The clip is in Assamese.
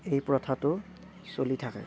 এই প্ৰথাটো চলি থাকে